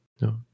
No